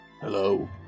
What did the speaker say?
Hello